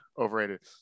overrated